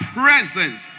presence